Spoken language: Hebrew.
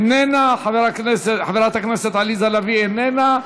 איננה, חברת הכנסת עליזה לביא, איננה,